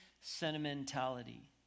sentimentality